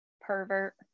pervert